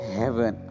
heaven